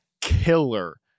killer